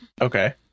Okay